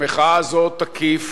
המחאה הזאת תקיף